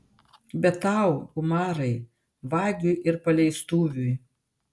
bet tau umarai vagiui ir paleistuviui